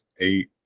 Eight